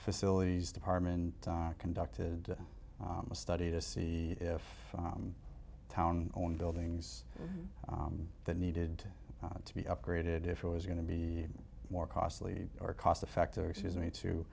facilities department conducted a study to see if from town on buildings that needed to be upgraded if it was going to be more costly or cost effective or excuse me to